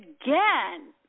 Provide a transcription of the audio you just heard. again